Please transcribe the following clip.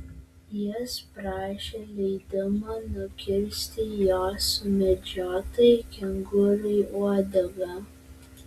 jis prašė leidimo nukirsti jo sumedžiotai kengūrai uodegą